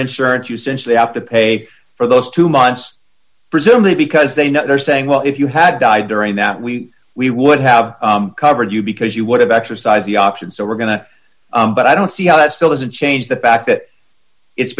insurance you since they have to pay for those two months presumably because they know they are saying well if you had died during that we we would have covered you because you would have exercise the option so we're going to but i don't see how that still doesn't change the fact that it's